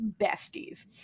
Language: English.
besties